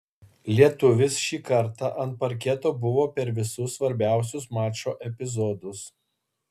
lietuvis šį kartą ant parketo buvo per visus svarbiausius mačo epizodus